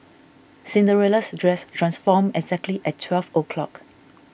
Cinderella's dress transformed exactly at twelve o'clock